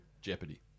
jeopardy